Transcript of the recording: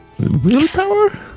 Willpower